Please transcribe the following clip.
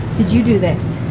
did you do this?